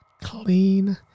clean